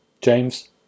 james